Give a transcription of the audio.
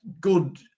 good